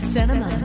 Cinema